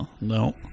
No